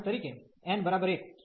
ઉદાહરણ તરીકે n 1